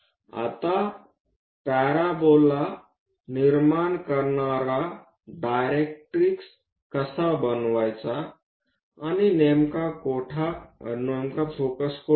आता पॅराबोला निर्माण करणारा डायरेक्ट्रिक्स कसा बनवायचा आणि नेमका फोकस कोठे आहे